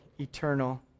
eternal